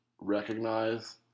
recognize